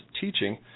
teaching